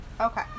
Okay